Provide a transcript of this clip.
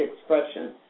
expression